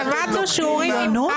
למדנו שיעורים ממך.